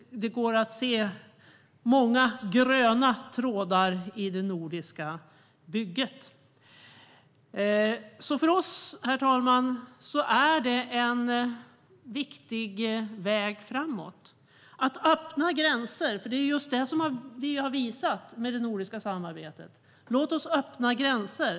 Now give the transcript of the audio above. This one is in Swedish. Det går att se många gröna trådar i det nordiska bygget. För oss, herr talman, är en viktig väg framåt att öppna gränser. Det är just det som det nordiska samarbetet har visat. Låt oss öppna gränser!